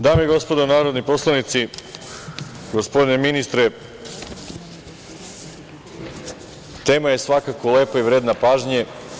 Dame i gospodo narodni poslanici, gospodine ministre, tema je svakako lepa i vredna pažnje.